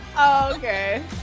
Okay